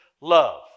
love